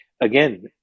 again